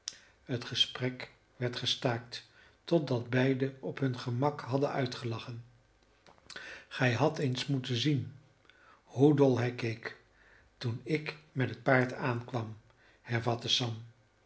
het gesprek werd gestaakt totdat beiden op hun gemak hadden uitgelachen gij hadt eens moeten zien hoe dol hij keek toen ik met het paard aankwam hervatte sam